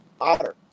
Otter